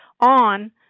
on